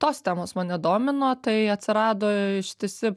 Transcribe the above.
tos temos mane domino tai atsirado ištisi